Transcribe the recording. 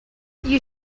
you